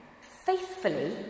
faithfully